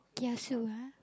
kiasu ah